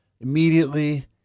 immediately